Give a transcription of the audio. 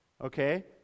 okay